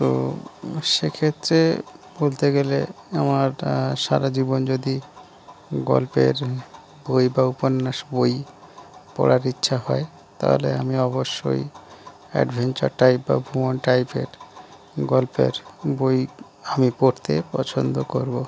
তো সেক্ষেত্রে বলতে গেলে আমার সারা জীবন যদি গল্পের বই বা উপন্যাস বই পড়ার ইচ্ছা হয় তাহলে আমি অবশ্যই অ্যাডভেঞ্চার টাইপ বা ভ্রমণ টাইপের গল্পের বই আমি পড়তে পছন্দ করবো